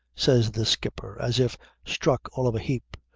says the skipper as if struck all of a heap.